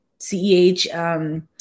CEH